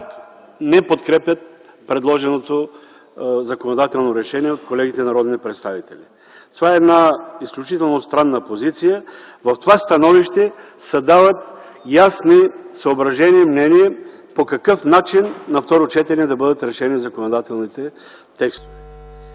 не подкрепят предложеното законодателно решение от колегите народни представители. Това е една изключително странна позиция. В това становище се дават ясни съображения и мнения по какъв начин на второ четене да бъдат решени законодателните текстове.